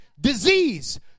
disease